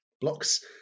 blocks